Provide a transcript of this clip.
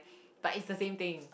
but it's the same thing